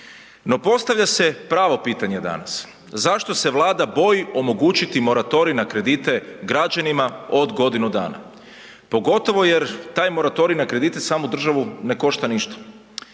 No postavlja se pravo pitanje danas. Zašto se Vlada boji omogućiti moratorij na kredite građanima od godinu dana? Pogotovo jer taj moratorij na kredite samu državu ne košta ništa.